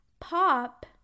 Pop